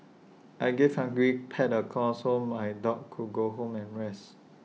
I gave hungry pets A call so my dog could go home and rest